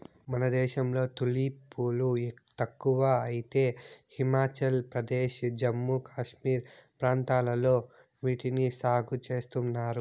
మన దేశంలో తులిప్ పూలు తక్కువ అయితే హిమాచల్ ప్రదేశ్, జమ్మూ కాశ్మీర్ ప్రాంతాలలో వీటిని సాగు చేస్తున్నారు